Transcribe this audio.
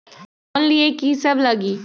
Loan लिए की सब लगी?